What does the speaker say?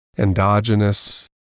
endogenous